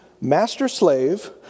Master-slave